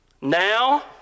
Now